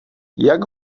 jak